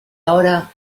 ahora